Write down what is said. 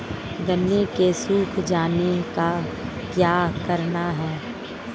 गन्ने के सूख जाने का क्या कारण है?